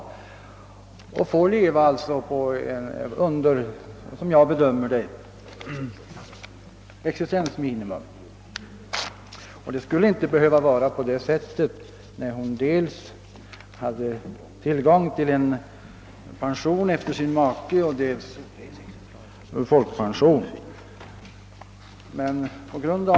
Hon får således som jag bedömer det leva på existensminimum. Det skulle inte behöva vara på det sättet när hon har dels pension efter sin make, dels folkpension.